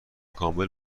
کامل